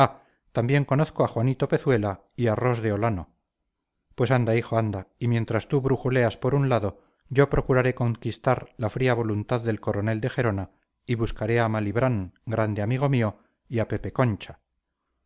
también conozco a juanito pezuela y a ros de olano pues anda hijo anda y mientras tú brujuleas por un lado yo procuraré conquistar la fría voluntad del coronel de gerona y buscaré a malibrán grande amigo mío y a pepe concha